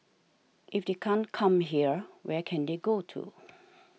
if they can't come here where can they go to